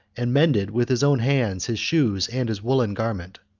and mended with his own hands his shoes and his woollen garment.